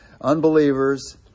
Unbelievers